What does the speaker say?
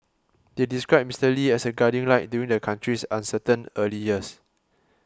they described Mister Lee as a guiding light during the country's uncertain early years